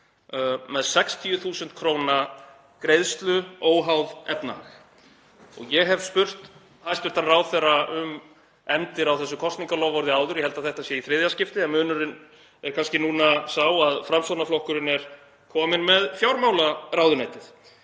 með 60.000 kr. greiðslu óháð efnahag. Ég hef spurt hæstv. ráðherra um efndir á þessu kosningaloforði áður. Ég held að þetta sé í þriðja skiptið en munurinn núna er kannski sá að Framsóknarflokkurinn er kominn með fjármálaráðuneytið.